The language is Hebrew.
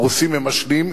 הרוסים הם השניים,